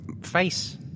face